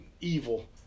evil